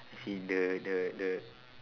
I see the the the